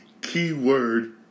Keyword